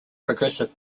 progressive